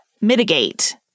mitigate